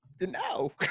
No